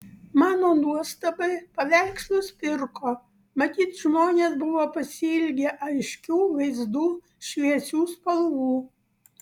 mano nuostabai paveikslus pirko matyt žmonės buvo pasiilgę aiškių vaizdų šviesių spalvų